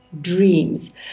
dreams